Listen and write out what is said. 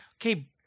Okay